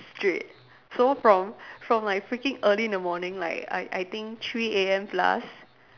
straight so from from like freaking early in the morning like I I think three A_M plus